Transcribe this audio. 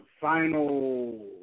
final